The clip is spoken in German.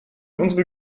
unsere